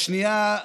השנייה,